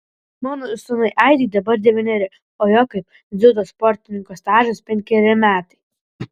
mano sūnui aidui dabar devyneri o jo kaip dziudo sportininko stažas penkeri metai